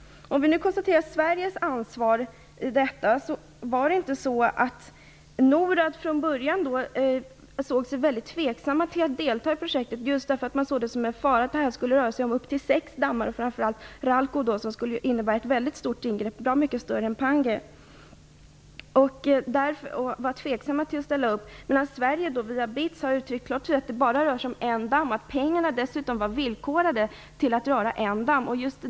Vi kan då diskutera Sveriges ansvar i detta. Var det inte så att NORAD från början var tveksam till att delta i projektet, just därför att man såg faran för att det skulle röra sig om upp till sex dammar? Det gällde framför allt Ralco, som skulle innebära ett väldigt stort ingrepp - mycket större än Pangue. Men Sverige har via BITS klart uttryckt att det bara rör sig om en damm. Dessutom var pengarna villkorade till att det skulle vara en damm.